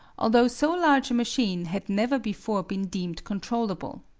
although so large a machine had never before been deemed controllable.